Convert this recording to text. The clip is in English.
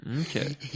Okay